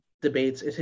debates